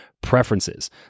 preferences